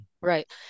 Right